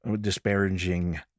disparaging